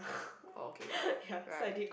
okay right